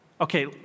Okay